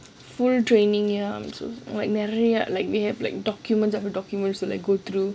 full training ya like neraya:neraya like they have like document of the documents to like go through